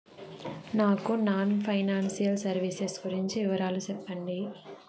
నాకు non financial services గురించి వివరాలు సెప్పండి?